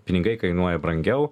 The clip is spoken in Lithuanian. pinigai kainuoja brangiau